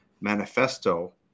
manifesto